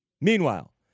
Meanwhile